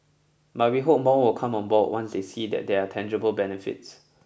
but we hope more will come on board once they see that there are tangible benefits